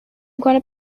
going